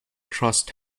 trust